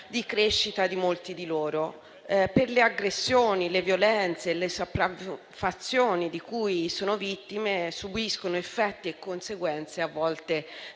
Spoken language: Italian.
di crescita di molti di loro. Per le aggressioni, le violenze e le sopraffazioni di cui sono vittime subiscono effetti e conseguenze a volte